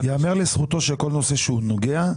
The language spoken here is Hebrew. ייאמר לזכותו שכל נושא שהוא נוגע,